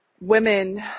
women